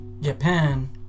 Japan